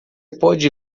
pode